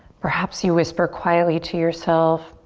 perhaps you whisper quietly to yourself.